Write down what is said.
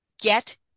get